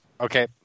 Okay